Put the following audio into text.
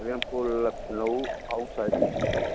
sir हमको Lucknow outside में चाहिए